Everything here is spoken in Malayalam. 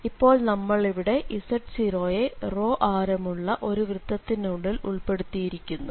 ഇപ്പോൾ നമ്മളിവിടെ z0നെ ആരമുള്ള ഒരു വൃത്തത്തിനുള്ളിൽ ഉൾപ്പെടുത്തിയിരിക്കുന്നു